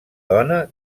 dona